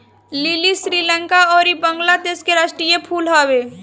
लीली श्रीलंका अउरी बंगलादेश के राष्ट्रीय फूल हवे